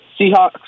Seahawks